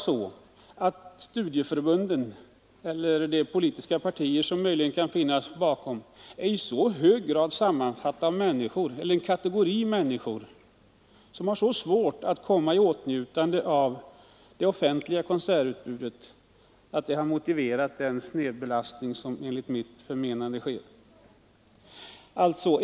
Studieförbunden eller de politiska partier som möjligen kan finnas bakom kan rimligtvis inte i så hög grad sammanfatta de kategorier människor som har svårt att komma i åtnjutande av det offentliga konsertutbudet att det motiverar den snedbelastning som enligt mitt förmenande föreligger.